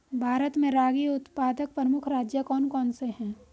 भारत में रागी उत्पादक प्रमुख राज्य कौन कौन से हैं?